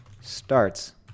starts